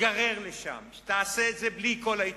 תיגרר לשם, שתעשה את זה בלי כל היתרונות?